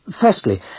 Firstly